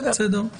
בסדר.